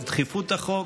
את דחיפות החוק,